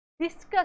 discuss